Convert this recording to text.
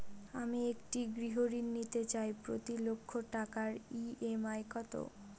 আমি একটি গৃহঋণ নিতে চাই প্রতি লক্ষ টাকার ই.এম.আই কত?